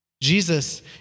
Jesus